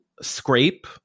scrape